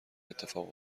اتفاق